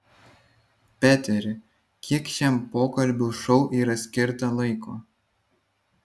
peteri kiek šiam pokalbių šou yra skirta laiko